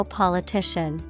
politician